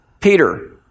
Peter